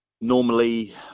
normally